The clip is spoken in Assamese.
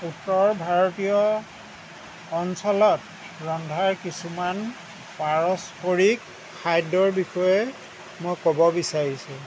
উত্তৰ ভাৰতীয় অঞ্চলত ৰন্ধাৰ কিছুমান পাৰস্পৰিক খাদ্যৰ বিষয়ে মই ক'ব বিছাৰিছোঁ